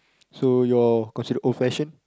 so your considered old fashion